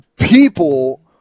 people